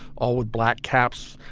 all with black caps.